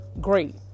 great